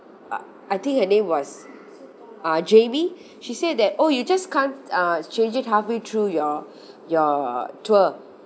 I think her name was uh jamie she said that oh you just can't uh change it halfway through your your tour